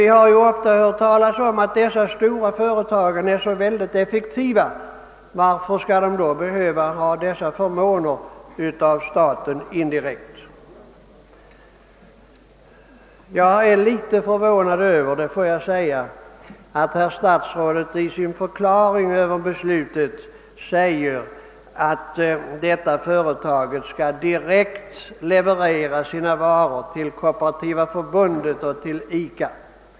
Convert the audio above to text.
Vi har dock ofta hört talas om att de stora företagen är så effektiva. Varför skall de då behöva dessa indirekta förmåner av staten? Jag är litet förvånad över — det får jag säga — att statsrådet i sin förklaring över beslutet säger, att detta företag skall leverera sina varor direkt till Kooperativa förbundet och till ICA.